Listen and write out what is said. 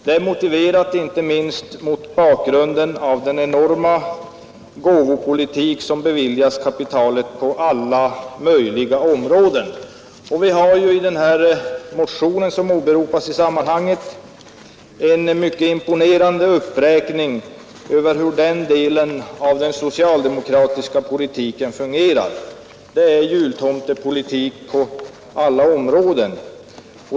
Det är motiverat, inte minst mot bakgrund av den gåvopolitik — omfattande enorma belopp — som förs gentemot kapitalet på alla möjliga områden. Vi gör i motionen, som åberopas i sammanhanget, en mycket imponerande uppräkning av hur den delen av den socialdemokratiska politiken fungerar. Det är jultomtepolitik på alla områden.